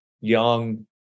young